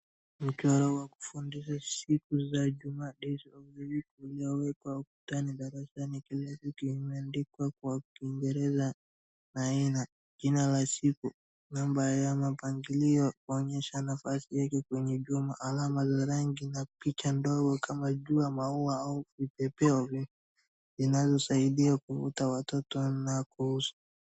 Mchoro wa kufundisha siku za juma days of the week , uliowekwa ukutani darasani, kila siku imeandikwa kwa kiingereza na ina jina la siku, namba ya mpangilio kuonyesha nafasi yake kwenye juma, alama za rangi na picha ndogo kama jua, maua au vipepeo, vinavyosaidia kuvuta watoto na kuhu.